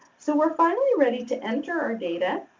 so, we're finally ready to enter our data.